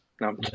No